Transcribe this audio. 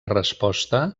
resposta